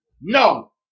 no